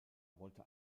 wollte